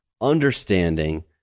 understanding